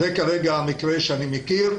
כרגע זה המקרה שאני מכיר.